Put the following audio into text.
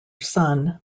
son